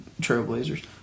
trailblazers